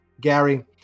Gary